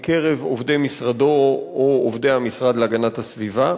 מקרב עובדי משרדו או עובדי המשרד להגנת הסביבה,